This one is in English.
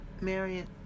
Marion